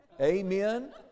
Amen